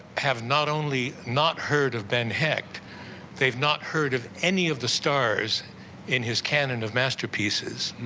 have not only not heard of ben hecht they've not heard of any of the stars in his canon of masterpieces